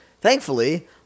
Thankfully